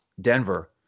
Denver